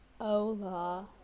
Hola